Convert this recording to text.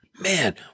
Man